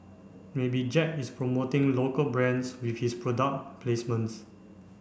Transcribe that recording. maybe Jack is promoting local brands with his product placements